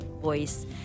voice